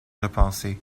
repenser